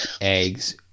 eggs